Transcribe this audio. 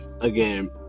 again